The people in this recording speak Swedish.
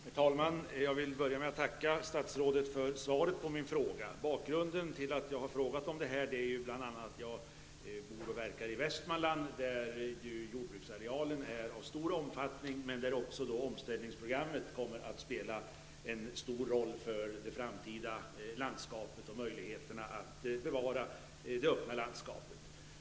Herr talman! Jag vill börja med att tacka statsrådet för svaret på min fråga. Bakgrunden till att jag har frågat om det här är bl.a. att jag bor och verkar i Västmanland, där ju jordbruksarealen är av stor omfattning men där också omställningsprogrammet kommer att spela en stor roll för det framtida landskapet och möjligheterna att bevara det öppna landskapet.